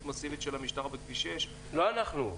מסיבית של המשטרה בכביש 6 --- לא אנחנו.